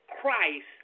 Christ